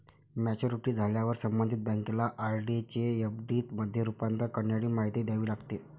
maturity झाल्यावर संबंधित बँकेला आर.डी चे एफ.डी मध्ये रूपांतर करण्यासाठी माहिती द्यावी लागते